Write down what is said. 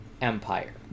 Empire